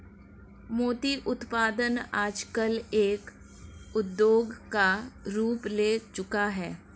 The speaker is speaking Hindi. मोती उत्पादन आजकल एक उद्योग का रूप ले चूका है